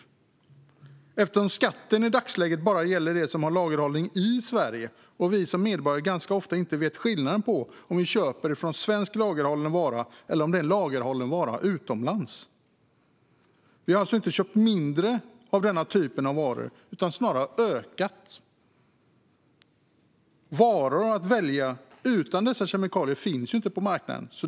Detta eftersom skatten i dagsläget bara gäller dem som har lagerhållning i Sverige och vi medborgare ganska ofta inte ser skillnad på om varan vi köper på nätet lagerhålls i Sverige eller utomlands. Vi har alltså inte köpt mindre av denna typ av varor utan snarare mer. Varor utan dessa kemikalier finns inte att välja på marknaden.